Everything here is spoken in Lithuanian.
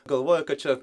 galvoja kad čia